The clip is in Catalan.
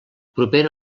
propera